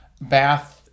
bath